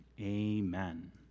Amen